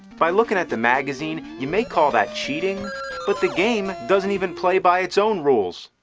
by looking at the magazine, you may call that cheating but the game doesnit even play by its own rules.